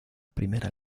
primera